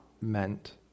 meant